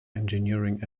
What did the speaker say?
engineering